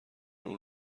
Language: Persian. اون